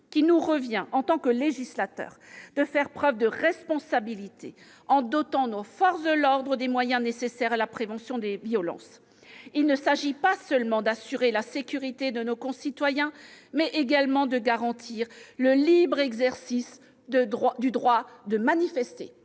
qu'il nous revient, en tant que législateur, de faire preuve de responsabilité, en dotant nos forces de l'ordre des moyens nécessaires à la prévention des violences. Il s'agit non seulement d'assurer la sécurité de nos concitoyens, mais de garantir le libre exercice du droit de manifester